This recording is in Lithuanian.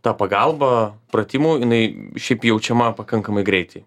ta pagalba pratimu jinai šiaip jaučiama pakankamai greitai